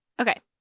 okay